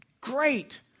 great